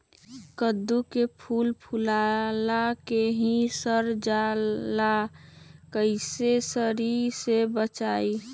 कददु के फूल फुला के ही सर जाला कइसे सरी से बचाई?